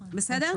בסדר?